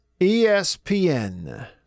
ESPN